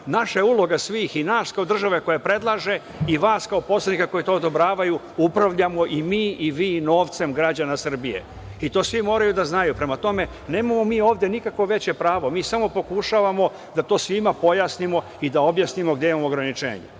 Naša uloga, i nas kao države koja predlaže i vas kao poslanika koji to odobravaju, je da upravljamo i mi i vi novcem građana Srbije. To svi moraju da znaju. Prema tome, nemamo mi ovde nikakvo veće pravo. Mi samo pokušavamo da to svima pojasnimo i da objasnimo gde imamo ograničenje. Prema